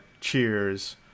cheers